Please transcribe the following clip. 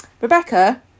Rebecca